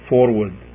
forward